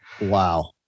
Wow